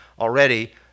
already